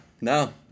no